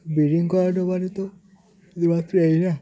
breeding করানো মানে তো শুধুমাত্র এই না